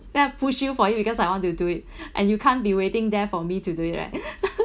then I push you for you because I want to do it and you can't be waiting there for me to do it right